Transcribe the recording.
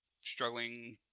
struggling